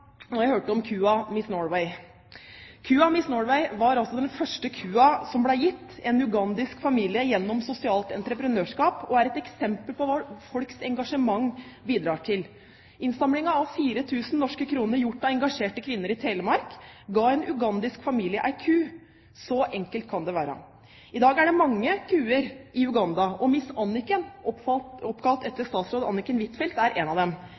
jeg hørte om kua Miss Norway. Kua Miss Norway var den første kua som ble gitt til en ugandisk familie gjennom sosialt entreprenørskap, og er et eksempel på hva folks engasjement bidrar til. Innsamlingen av 4 000 norske kroner, gjort av engasjerte kvinner i Telemark, ga en ku til en ugandisk familie – så enkelt kan det være. I dag er det mange kuer i Uganda, og Miss Anniken, oppkalt etter statsråd Anniken Huitfeldt, er en av dem.